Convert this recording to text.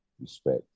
respect